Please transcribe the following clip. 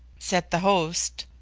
said the host,